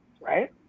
right